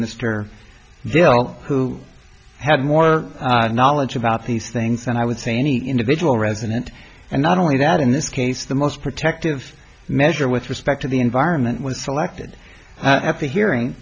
mr hill who had more knowledge about these things and i would say any individual resident and not only that in this case the most protective measure with respect to the environment was selected at the hearing